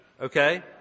okay